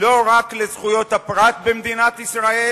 לא רק לזכויות הפרט במדינת ישראל,